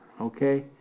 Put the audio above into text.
okay